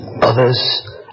others